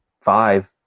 five